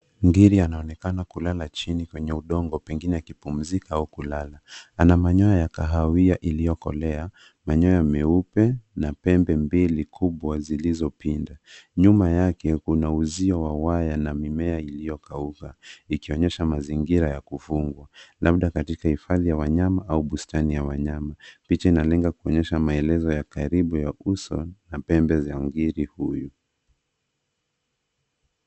Ngiri anaonekana kulala chini kwenye udongo pengine akipumzika au kulala. Ana manyoya ya kahawia iliyokolea , manyoya meupe na pembe mbili kubwa zilizopinda. Nyuma yake kuna uzio wa waya na mimea iliyokauka ikionyesha mazingira ya kufungwa labda katika hifadhi ya wanyama au bustani ya wanyama. Picha inalenga kuonyesha maelezo ya karibu ya uso na pembe za ngiri huyu.